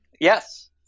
Yes